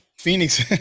Phoenix